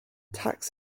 tax